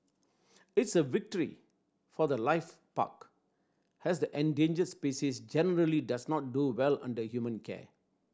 it's a victory for the life park as the endangered species generally does not do well under human care